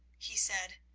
he said,